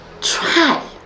try